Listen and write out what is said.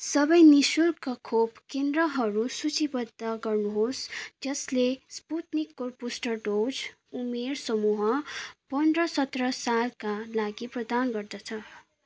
सबै नि शुल्क खोप केन्द्रहरू सूचीबद्ध गर्नुहोस् जसले स्पुत्निकको बुस्टर डोज उमेर समूह पन्ध्र सत्र सालका लागि प्रदान गर्दछ